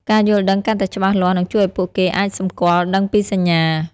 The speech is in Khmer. ការយល់ដឹងកាន់តែច្បាស់នឹងជួយឲ្យពួកគេអាចសម្គាល់ដឹងពីសញ្ញា។